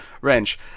wrench